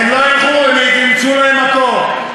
הם לא ילכו, ימצאו להם מקום.